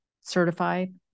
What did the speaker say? certified